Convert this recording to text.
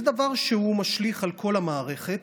זה דבר שהוא משליך על כל המערכת.